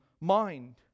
mind